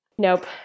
Nope